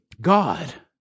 God